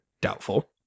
Doubtful